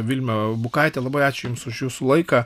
vilma bukaitė labai ačiū jums už jūsų laiką